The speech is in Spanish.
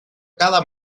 cada